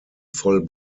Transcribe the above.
voll